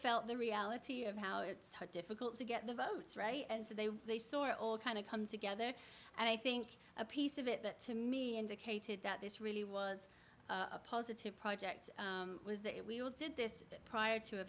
felt the reality of how it's hard difficult to get the votes right and so they they saw all kind of come together and i think a piece of it that to me indicated that this really was a positive project was that we all did this prior to a